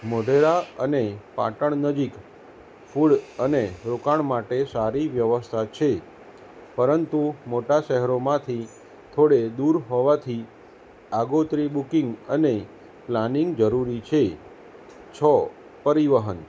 મોઢેરા અને પાટણ નજીક ફૂડ અને રોકાણ માટે સારી વ્યવસ્થા છે પરંતુ મોટા શહેરોમાંથી થોડે દૂર હોવાથી આગોતરી બુકિંગ અને પ્લાનિંગ જરૂરી છે છ પરિવહન